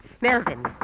Melvin